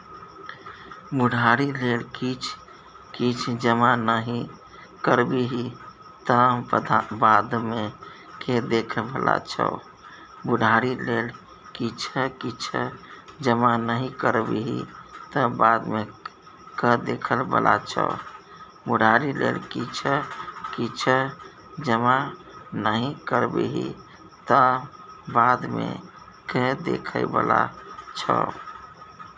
बुढ़ारी लेल किछ किछ जमा नहि करबिही तँ बादमे के देखय बला छौ?